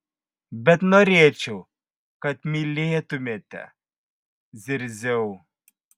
bet norėčiau kad mylėtumėte zirziau